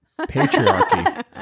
Patriarchy